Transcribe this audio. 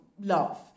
love